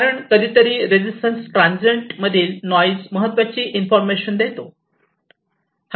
कारण कधीतरी resistance transient मधील नॉइज महत्त्वाची इन्फॉर्मेशन देतो